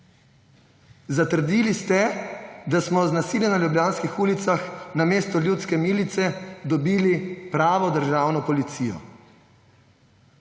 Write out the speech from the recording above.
Zatrdili ste, da smo z nasiljem na ljubljanskih ulicah namesto ljudske milice dobili pravno državno policijo.